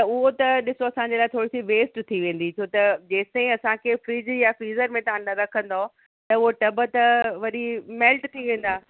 त उहो त ॾिसो असांजे लाइ थोरीसी वेस्ट थी वेंदी छो त जेसीं ताईं असांखे फ़्रिज या फ़्रीजर में तव्हां न रखंदव त उहो टब त वरी मेल्ट थी वेंदा